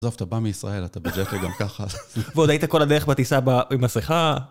עזוב, אתה בא מישראל, אתה בדרך כלל גם ככה. ועוד היית כל הדרך בטיסה עם מסכה.